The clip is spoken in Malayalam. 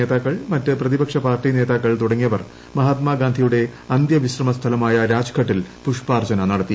നേതാക്കൾ മറ്റ് പ്രതിപക്ഷ പാർട്ടി നേതാക്കൾ തുടങ്ങിയവർ മഹാത്മാഗാന്ധിയുടെ അന്ത്യവിശ്രമ സ്ഥലമായ രാജ്ഘട്ടിൽ പൂഷ്പാർച്ചന നടത്തി